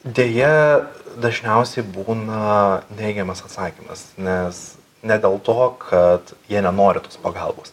deja dažniausiai būna neigiamas atsakymas nes ne dėl to kad jie nenori tos pagalbos